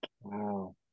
Wow